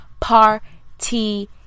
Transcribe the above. party